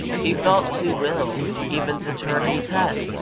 he felt too ill even to turn his head.